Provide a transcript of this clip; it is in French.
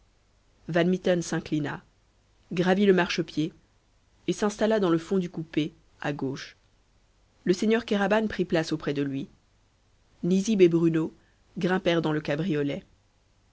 mitten s'inclina gravit le marchepied et s'installa dans le fond du coupé à gauche le seigneur kéraban prit place auprès de lui nizib et bruno grimpèrent dans le cabriolet